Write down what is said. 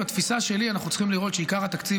בתפיסה שלי אנחנו צריכים לראות שעיקר התקציב